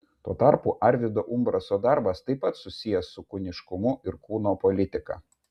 tuo tarpu arvydo umbraso darbas taip pat susijęs su kūniškumu ir kūno politika